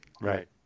right